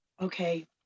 Okay